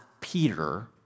Peter